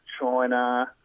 China